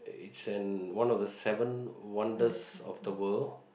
it's an one of the seven wonders of the world